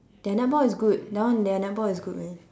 their netball is good that one their netball is good man